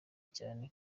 cyane